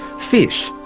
fish,